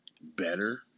better